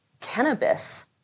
cannabis